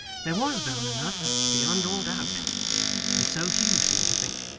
there was bone enough beyond all doubt and so hugh seemed to think,